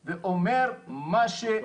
נגד המלל בעיקר ונגד חלק מהחלוקות,